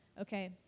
okay